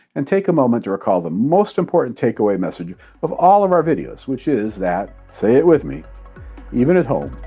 and take a moment to recall the most important take away message of all of our videos which is that say it with me even at home,